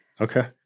Okay